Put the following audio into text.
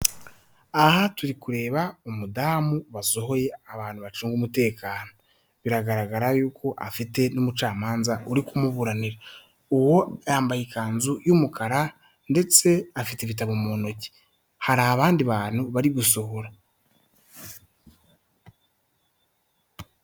Aha turi kureba umudamu basohoye abantu bacunga umutekano, biragaragara yuko afite n'umucamanza uri kumuburanira, uwo yambaye ikanzu y'umukara ndetse afite ibitabo mu ntoki, hari abandi bantu bari gushobora.